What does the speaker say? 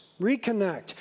Reconnect